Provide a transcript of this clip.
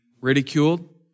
ridiculed